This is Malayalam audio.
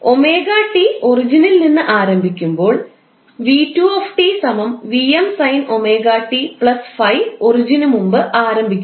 ഒമേഗ ടി ഒറിജിനിൽ നിന്ന് ആരംഭിക്കുമ്പോൾ 𝑣2𝑡 𝑉𝑚 sin𝜔𝑡 ∅ ഒറിജിനുമുമ്പ് ആരംഭിക്കുന്നു